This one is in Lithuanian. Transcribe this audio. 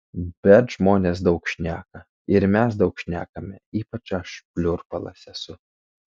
bet žmonės daug šneka ir mes daug šnekame ypač aš pliurpalas esu